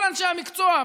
כל אנשי המקצוע.